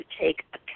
take